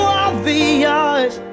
obvious